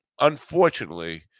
unfortunately